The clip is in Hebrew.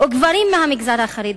וגברים מהמגזר החרדי.